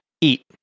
eat